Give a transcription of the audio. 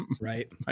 Right